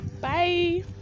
bye